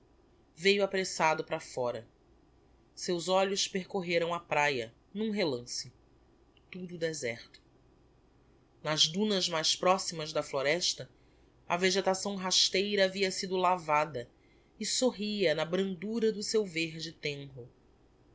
veiu apressado para fóra seus olhos percorreram a praia n'um relance tudo deserto nas dunas mais proximas da floresta a vegetação rasteira havia sido lavada e sorria na brandura do seu verde tenro